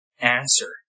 answer